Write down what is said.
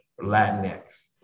Latinx